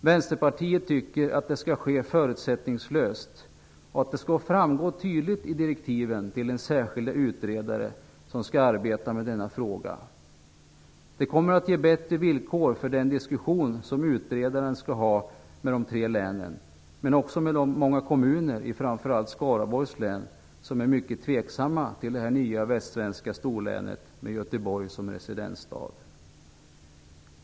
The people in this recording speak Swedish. Vänsterpartiet tycker att det skall ske förutsättningslöst, och att det skall framgå tydligt i direktiven till den särskilde utredaren som skall arbeta med denna fråga. Det kommer att ge bättre villkor för den diskussion som utredaren skall ha med de tre länen men också med de många kommuner i framför allt Skaraborgslän som är mycket tveksamma till ett nytt västsvenskt storlän med Göteborg som residensstad.